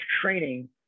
training